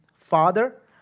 Father